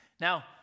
Now